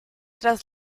tras